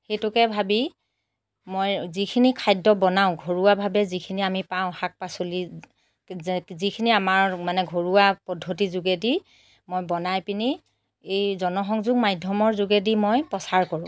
সেইটোকে ভাবি মই যিখিনি খাদ্য বনাওঁ ঘৰুৱাভাৱে যিখিনি আমি পাওঁ শাক পাচলি যিখিনি আমাৰ মানে ঘৰুৱা পদ্ধতিৰ যোগেদি মই বনাই পিনি এই জনসংযোগ মাধ্যমৰ যোগেদি মই প্ৰচাৰ কৰোঁ